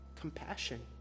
compassion